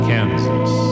Kansas